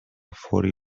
فوری